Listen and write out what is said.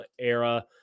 era